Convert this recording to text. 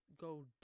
go